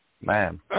Man